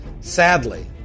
Sadly